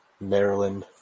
Maryland